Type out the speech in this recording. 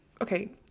okay